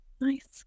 Nice